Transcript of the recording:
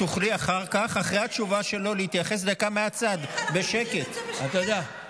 את תוכלי להתייחס דקה מהצד בשקט אחר כך,